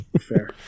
Fair